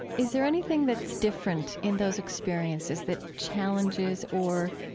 is there anything that's different in those experiences that challenges or